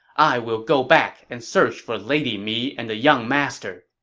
i will go back and search for lady mi and the young master.